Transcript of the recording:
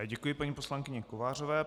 Děkuji paní poslankyni Kovářové.